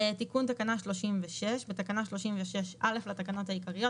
"תיקון תקנה 36 בתקנה 36(א) לתקנות העיקריות,